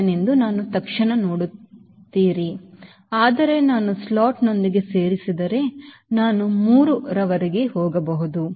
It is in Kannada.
7 ಎಂದು ನಾನು ತಕ್ಷಣ ನೋಡುತ್ತೀರಿ ಆದರೆ ನಾನು ಸ್ಲ್ಯಾಟ್ನೊಂದಿಗೆ ಸೇರಿಸಿದರೆ ನಾನು 3 ರವರೆಗೆ ಹೋಗಬಹುದು